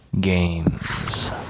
games